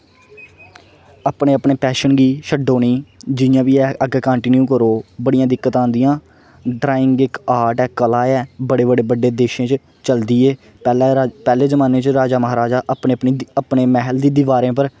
अपनी अपनी पैशन गी छड्डो नेईं जियां बी ऐ अग्गें कान्टीन्यू करो बड़ियां दिक्कतां आंदिया ड्रांइग इक आर्ट ऐ कला ऐ बड़े बड़े बड्डें देशें च चलदी ऐ पैह्ले रा पैह्ले जमान्ने च राजा महाराज अपने अपने अपने मैहल दी दिवारें उप्पर